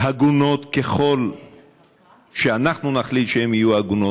הגונות ככל שאנחנו נחליט שהן יהיו הגונות,